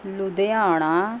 Ludhiana